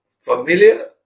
familiar